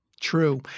True